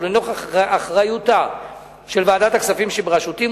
ולנוכח אחריותה של ועדת הכספים שבראשותי,